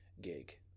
gig